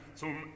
zum